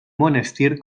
monestir